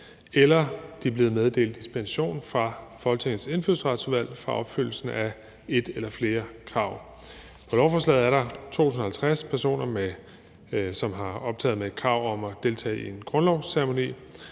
eller er blevet meddelt dispensation af Folketingets Indfødsretsudvalg fra opfyldelsen af et eller flere krav. På lovforslaget er der 2.050 personer, som er optaget med et krav om at deltage i en grundlovsceremoni,